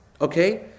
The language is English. okay